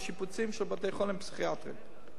לשיפוצים של בתי-חולים פסיכיאטריים,